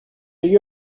you